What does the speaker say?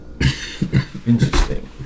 Interesting